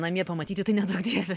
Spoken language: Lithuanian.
namie pamatyti tai neduok dieve